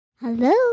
Hello